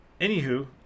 Anywho